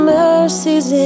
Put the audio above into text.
mercies